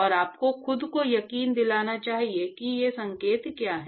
और आपको खुद को यकीन दिलाना चाहिए कि ये संकेत क्या हैं